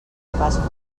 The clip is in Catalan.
pasqua